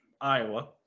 Iowa